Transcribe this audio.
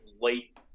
late